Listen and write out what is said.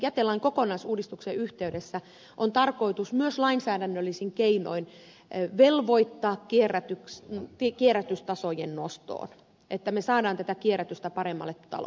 jätelain kokonaisuudistuksen yhteydessä on tarkoitus myös lainsäädännöllisin keinoin velvoittaa kierrätystasojen nostoon että me saamme kierrätystä paremmalle tolalle